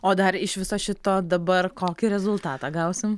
o dar iš viso šito dabar kokį rezultatą gausim